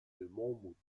monmouth